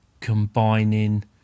combining